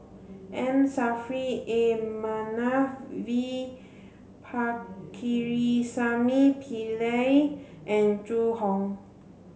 M Saffri A Manaf V Pakirisamy Pillai and Zhu Hong